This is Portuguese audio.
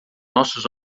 nossos